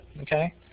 okay